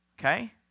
Okay